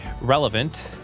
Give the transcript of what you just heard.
Relevant